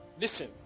Listen